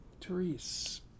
Therese